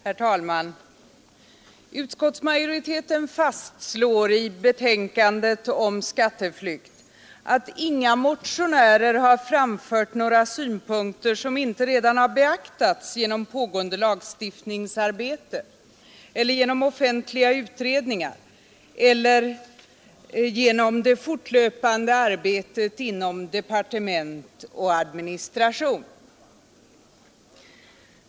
Herr talman! Utskottsmajoriteten fastslår i betänkandet om skatteflykt att inga motionärer har framfört några synpunkter som inte redan har beaktats genom pågående lagstiftningsarbete, genom offentliga utredningar eller genom det fortlöpande arbetet inom departement och administration.